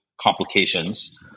complications